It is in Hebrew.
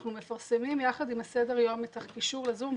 אנחנו מפרסמים יחד עם הסדר-יום את הקישור ל"זום",